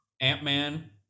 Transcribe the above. Ant-Man